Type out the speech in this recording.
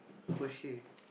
Porsche